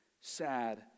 sad